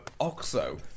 Oxo